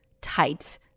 tight